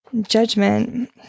Judgment